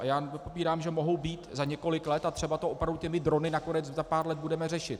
A já nepopírám, že mohou být za několik let, a třeba to opravdu těmi drony nakonec za pár let budeme řešit.